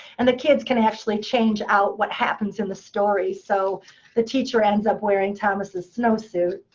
and the kids can actually change out what happens in the story. so the teacher ends up wearing thomas's snowsuit.